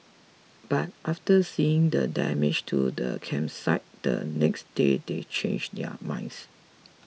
but after seeing the damage to the campsite the next day they changed their minds